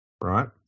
right